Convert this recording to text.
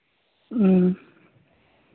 ᱚᱻ